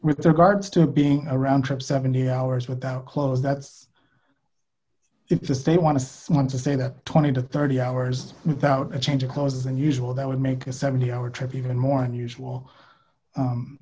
with regards to being around trip seventy hours without clothes that if they want to see one to say that twenty to thirty hours without a change of clothes unusual that would make a seventy hour trip even more unusual